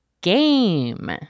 GAME